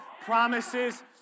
promises